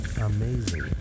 Amazing